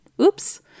oops